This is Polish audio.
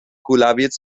kulawiec